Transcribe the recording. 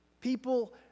People